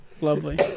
Lovely